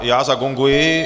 Já zagonguji.